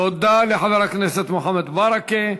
תודה לחבר הכנסת מוחמד ברכה.